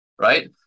Right